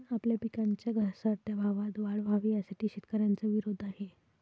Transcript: आपल्या पिकांच्या घसरत्या भावात वाढ व्हावी, यासाठी शेतकऱ्यांचा विरोध आहे